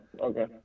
okay